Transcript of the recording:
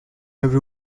have